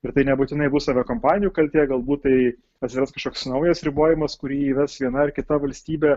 ir tai nebūtinai bus aviakompanijų kaltė galbūt tai atsiras kažkoks naujas ribojimas kurį įves viena ar kita valstybė